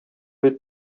бит